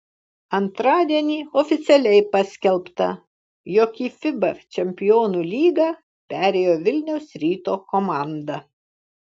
antradienį oficialiai paskelbta jog į fiba čempionų lygą perėjo vilniaus ryto komanda